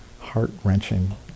heart-wrenching